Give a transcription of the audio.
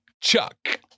chuck